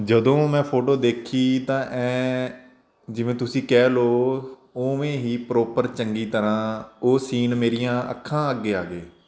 ਜਦੋਂ ਮੈਂ ਫੋਟੋ ਦੇਖੀ ਤਾਂ ਐ ਜਿਵੇਂ ਤੁਸੀਂ ਕਹਿ ਲਓ ਉਵੇਂ ਹੀ ਪ੍ਰੋਪਰ ਚੰਗੀ ਤਰ੍ਹਾਂ ਉਹ ਸੀਨ ਮੇਰੀਆਂ ਅੱਖਾਂ ਅੱਗੇ ਆ ਗਏ